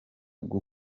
kugwa